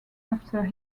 after